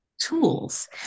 tools